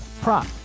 prop